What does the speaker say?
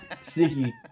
Sneaky